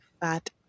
fat